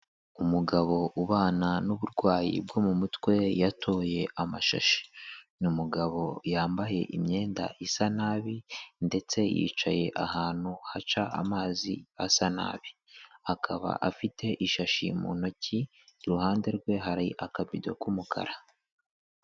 Umugabo ubana n'uburwayi bwo mu mutwe yatoye amashashi. Ni umugabo yambaye imyenda isa nabi ndetse yicaye ahantu haca amazi asa nabi. Akaba afite ishashi mu ntoki, iruhande rwe hari akabido k'umukara.